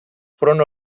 front